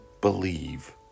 believe